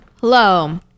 Hello